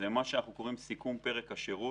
מה שאנחנו קוראים לו "סיכום פרק השירות".